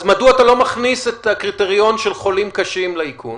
אז מדוע אתה לא מכניס את הקריטריון של חולים קשים לאיכון?